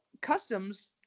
Customs